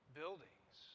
buildings